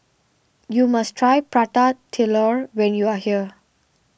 you must try Prata Telur when you are here